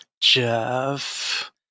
Jeff